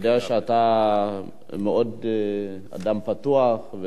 אני יודע שאתה אדם מאוד פתוח.